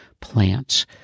plants